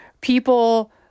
people